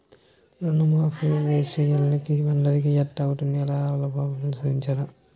రుణమాఫీ సేసియ్యాలంటే అందరికీ ఎట్టా అవుతాది ఓ పాలి ఆలోసించరా